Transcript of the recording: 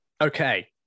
okay